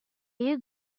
you